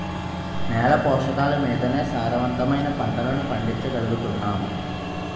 నేల పోషకాలమీదనే సారవంతమైన పంటలను పండించగలుగుతున్నాం